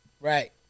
Right